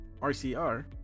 RCR